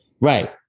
Right